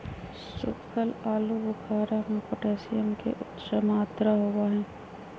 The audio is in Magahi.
सुखल आलू बुखारा में पोटेशियम के उच्च मात्रा होबा हई